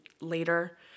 later